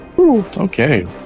Okay